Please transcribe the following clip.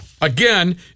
again